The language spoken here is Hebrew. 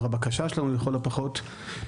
הבקשה שלנו לכל הפחות.